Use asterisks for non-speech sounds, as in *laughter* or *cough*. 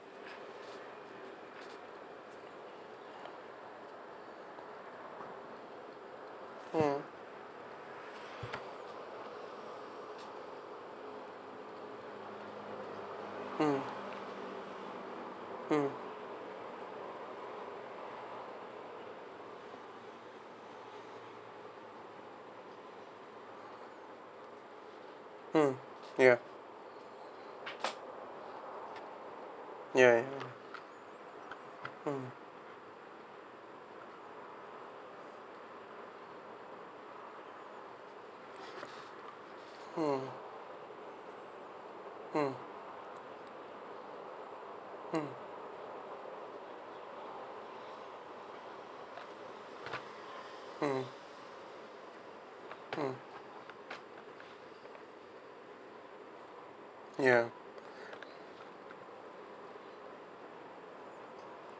mm mm mm mm ya ya ya ya ya mm mm mm mm mm mm ya *breath*